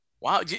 Wow